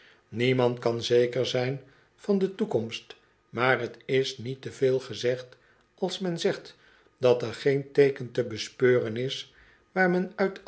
niemand kan zeker zijn van de toekomst maar t is niet te veel gezegd als men zegt dat er geen teeken te bespeuren is waar men